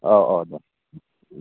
अ अ देह